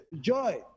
joy